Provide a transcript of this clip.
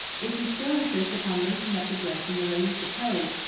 if you still insist upon making up the dress in the way you propose,